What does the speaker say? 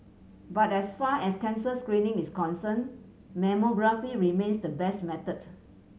but as far as cancer screening is concerned mammography remains the best method